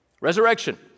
Resurrection